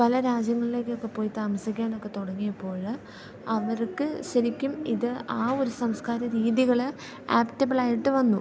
പല രാജ്യങ്ങളിലേക്കൊക്കെ പോയി താമസിക്കാനൊക്കെ തുടങ്ങിയപ്പോൾ അവർക്ക് ശരിക്കും ഇത് ആ ഒരു സംസ്കാര രീതികൾ ആപ്റ്റബിളായിട്ട് വന്നു